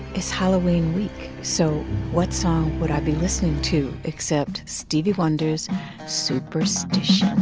it's halloween week. so what song would i be listening to except stevie wonder's superstition?